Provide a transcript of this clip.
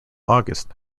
august